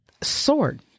sword